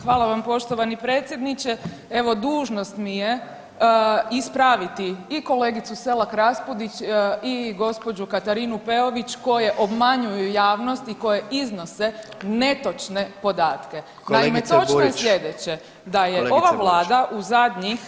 Hvala vam poštovani predsjedniče, evo dužnost mi je ispraviti i kolegicu Selak Raspudić i gđu. Katarinu Peović koje obmanjuju javnost i koje iznose netočne podatke [[Upadica: Kolegice Burić.]] Naime, točno je sljedeće, da je ova [[Upadica: Kolegice Burić.]] Vlada u zadnjih